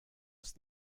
ist